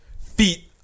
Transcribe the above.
feet